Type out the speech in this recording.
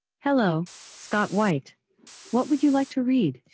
hello scott white what would you like to read?